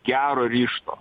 gero ryžto